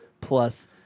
plus